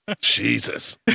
Jesus